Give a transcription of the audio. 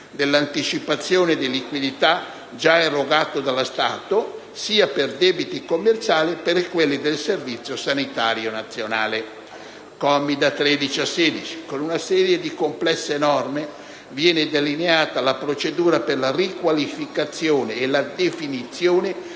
dell'anticipazione di liquidità già erogata dallo Stato sia per debiti commerciali, che per quelli del Servizio sanitario nazionale. Con i commi da 13 a 16, con una serie di complesse norme viene delineata la procedura per la riqualificazione e la definizione